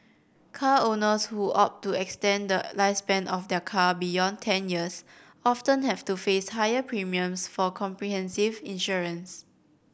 car owners who opt to extend the lifespan of their car beyond ten years often have to face higher premiums for comprehensive insurance